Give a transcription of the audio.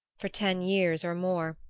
for ten years or more,